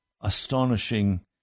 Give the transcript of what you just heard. astonishing